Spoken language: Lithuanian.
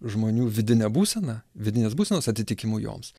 žmonių vidinę būseną vidinės būsenos atitikimu joms